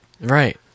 right